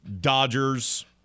Dodgers